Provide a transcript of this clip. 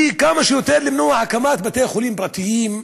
וכמה שיותר למנוע הקמת בתי-חולים פרטיים,